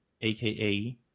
aka